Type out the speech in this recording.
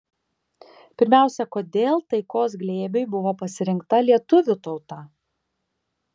pirmiausia kodėl taikos glėbiui buvo pasirinkta lietuvių tauta